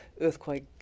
earthquake